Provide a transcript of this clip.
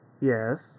Yes